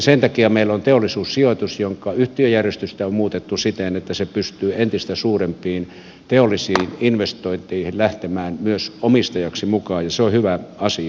sen takia meillä on teollisuussijoitus jonka yhtiöjärjestystä on muutettu siten että se pystyy entistä suurempiin teollisiin investointeihin lähtemään myös omistajaksi mukaan ja se on hyvä asia